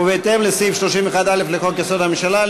ובהתאם לסעיף 31(א) לחוק-יסוד: הממשלה,